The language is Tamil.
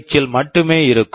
எச் VH இல் மட்டுமே இருக்கும்